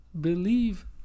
Believe